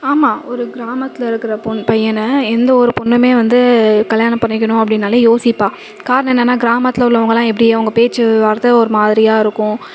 ஆமாம் ஒரு கிராமத்தில் இருக்கிற பெண் பையனை எந்த ஒரு பெண்ணுமே வந்து கல்யாணம் பண்ணிக்கணும் அப்படின்னாலே யோசிப்பாள் காரணம் என்னன்னால் கிராமத்தில் உள்ளவர்களெலாம் எப்படி அவங்க பேச்சு வார்த்தை ஒரு மாதிரியாக இருக்கும்